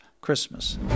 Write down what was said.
Christmas